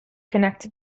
connected